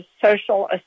Social